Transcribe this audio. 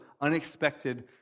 unexpected